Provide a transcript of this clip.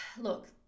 look